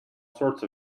sorts